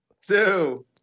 two